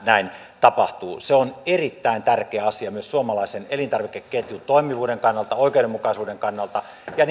näin tapahtuu se on erittäin tärkeä asia myös suomalaisen elintarvikeketjun toimivuuden kannalta oikeudenmukaisuuden kannalta ja